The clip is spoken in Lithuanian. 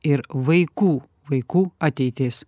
ir vaikų vaikų ateitis